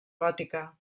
gòtica